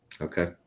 Okay